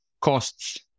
costs